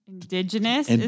Indigenous